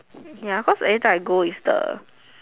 ya every time I go is the